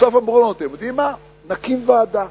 בסוף אמרו לנו: אתם יודעים מה, נקים ועדה